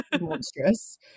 monstrous